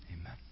Amen